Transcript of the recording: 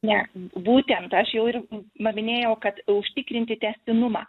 ne būtent aš jau ir mavinėjau kad užtikrinti tęstinumą